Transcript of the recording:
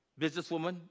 businesswoman